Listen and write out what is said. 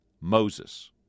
Moses